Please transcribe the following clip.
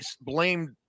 blamed